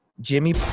Jimmy